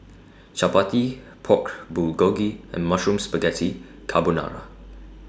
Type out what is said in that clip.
Chapati Pork Bulgogi and Mushroom Spaghetti Carbonara